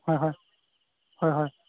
হয় হয় হয় হয়